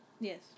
Yes